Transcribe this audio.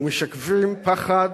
ומשקפות פחד,